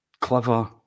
clever